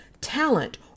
talent